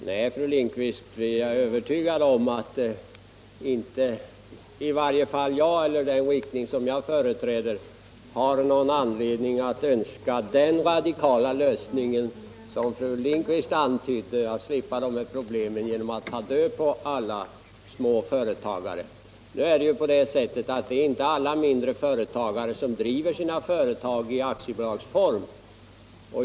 Nej, fru Lindquist, jag är övertygad om att i varje fall den riktning som jag företräder inte har någon anledning att önska den radikala lösning för att slippa dessa problem som fru Lindquist antydde, nämligen att ta död på alla små företag. Nu driver inte alla småföretagare sin verksamhet i aktiebolagsform.